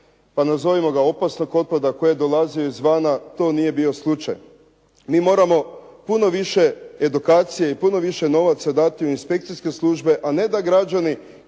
pa nazovimo ga opasnog otpada koje dolazi izvana, to nije bio slučaj. Mi moramo puno više edukacije i puno više novaca dati u inspekcijske službe, a ne da građani